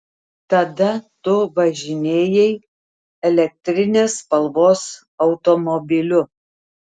tada tu važinėjai elektrinės spalvos automobiliu